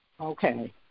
Okay